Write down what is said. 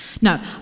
No